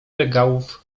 regałów